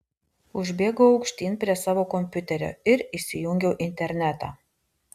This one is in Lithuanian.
užbėgau aukštyn prie savo kompiuterio ir įsijungiau internetą